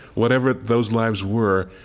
whatever those lives were,